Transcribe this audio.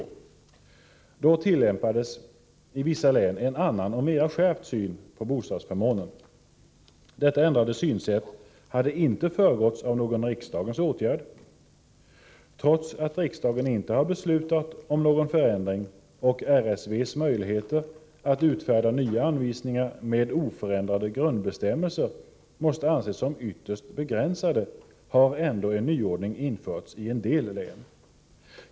Då tillämpades i vissa län en annan och mera skärpt syn på bostadsförmånen. Detta ändrade synsätt hade inte föregåtts av någon riksdagens åtgärd. Trots att riksdagen inte har beslutat om någon förändring och RSV:s möjligheter att utfärda nya anvisningar med oföränd rade grundbestämmelser måste anses som ytterst begränsade, har ändå en nyordning införts i en del län.